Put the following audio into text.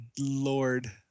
lord